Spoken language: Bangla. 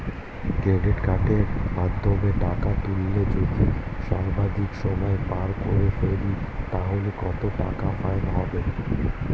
ক্রেডিট কার্ডের মাধ্যমে টাকা তুললে যদি সর্বাধিক সময় পার করে ফেলি তাহলে কত টাকা ফাইন হবে?